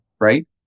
right